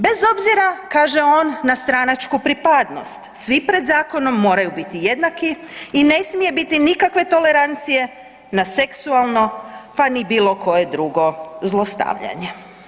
Bez obzira kaže ona na stranačku pripadnost, svi pred zakonom moraju biti jednaki i ne smije biti nikakve tolerancije na seksualne pa ni bilokoje drugo zlostavljanje.